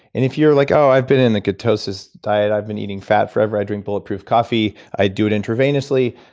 and if you're like, oh, i've been in the ketosis diet. i've been eating fat forever i drink bulletproof coffee. i do it intravenously,